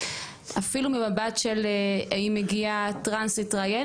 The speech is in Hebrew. אפילו ממבט של אם מגיע טרנס להתראיין